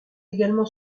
également